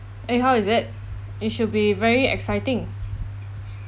eh how is it it should be very exciting